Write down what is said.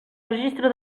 registre